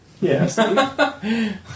Yes